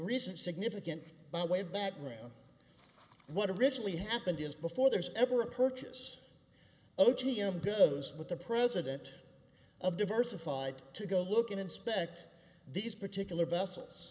reason significant by way of background what originally happened is before there's ever a purchase oh g m goes with the president of diversified to go look and inspect these particular